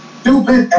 stupid